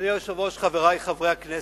אדוני היושב-ראש, חברי חברי הכנסת,